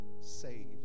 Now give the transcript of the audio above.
saved